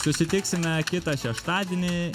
susitiksime kitą šeštadienį